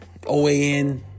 OAN